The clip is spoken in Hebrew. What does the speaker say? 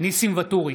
ניסים ואטורי,